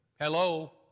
Hello